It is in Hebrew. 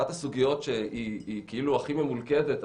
אחת הסוגיות שהיא כאילו הכי ממולכדת,